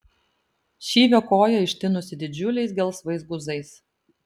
šyvio koja ištinusi didžiuliais gelsvais guzais